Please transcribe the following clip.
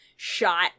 shot